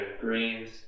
greens